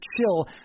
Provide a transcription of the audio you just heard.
chill